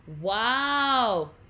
wow